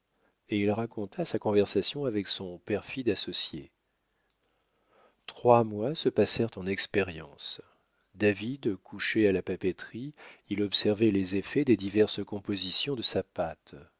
et il raconta sa conversation avec son perfide associé trois mois se passèrent en expériences david couchait à la papeterie il observait les effets des diverses compositions de sa pâte